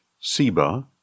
Seba